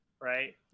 Right